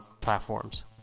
platforms